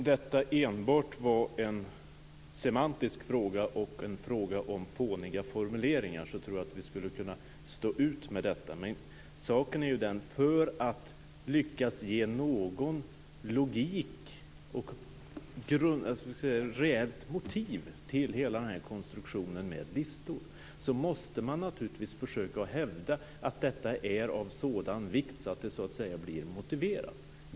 Herr talman! Om detta enbart var en semantisk fråga och en fråga om fåniga formuleringar tror jag att vi skulle kunna stå ut med detta. Men saken är den att man, för att lyckas ge någon logik och ett rejält motiv till hela konstruktionen med listor, naturligtvis måste försöka hävda att det är av sådan vikt att det blir motiverat.